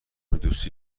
دوستی